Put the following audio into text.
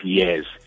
years